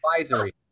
advisory